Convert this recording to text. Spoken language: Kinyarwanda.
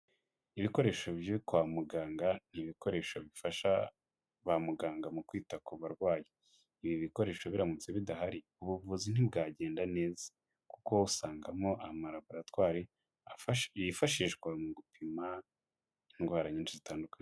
Ibikoresho byo kwa muganga ni ibikoresho bifasha ba muganga mu kwita ku barwayi. Ibi bikoresho biramutse bidahari ubuvuzi ntibwagenda neza, kuko usangamo amalaboratwari yifashishwa mu gupima indwara nyinshi zitandukanye.